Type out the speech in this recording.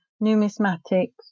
numismatics